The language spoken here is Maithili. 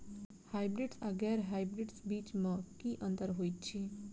हायब्रिडस आ गैर हायब्रिडस बीज म की अंतर होइ अछि?